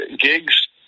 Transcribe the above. Gigs